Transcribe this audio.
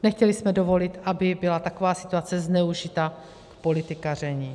Nechtěli jsme dovolit, aby byla taková situace zneužita k politikaření.